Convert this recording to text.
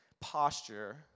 posture